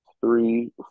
three